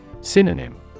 Synonym